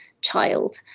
child